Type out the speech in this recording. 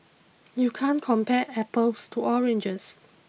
you can't compare apples to oranges